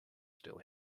still